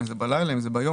אם זה בלילה אם זה ביום,